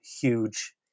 huge